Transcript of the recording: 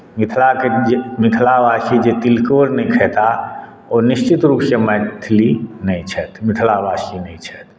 मिथिलाके जे मिथिलावासी जे तिलकोर नहि खेताह ओ निश्चित रूपसँ मैथिल नहि छथि मिथिलावासी नहि छथि